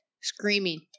screaming